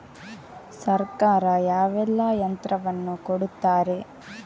ಸರ್ಕಾರ ಯಾವೆಲ್ಲಾ ಯಂತ್ರವನ್ನು ಕೊಡುತ್ತಾರೆ?